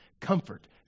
Comfort